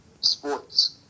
sports